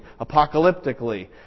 apocalyptically